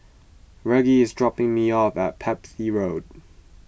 Reggie is dropping me off at Pepys Road